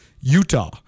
Utah